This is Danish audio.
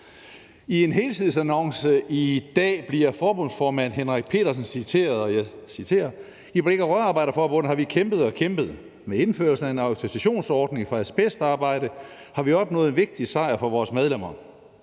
I en helsidesannonce i dag bliver forbundsformand Henrik W. Petersen citeret for at sige: I »Blik- og Rørarbejderforbundet har vi kæmpet og kæmpet. Med indførelse af en autorisationsordning for asbestarbejde har vi opnået en vigtig sejr for vores medlemmer.